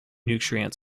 nutrient